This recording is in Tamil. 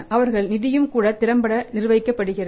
அவர்கள் நிதியும் கூட திறம்பட நிர்வகிக்கப்படுகிறது